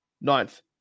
Ninth